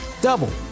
double